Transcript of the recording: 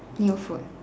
new food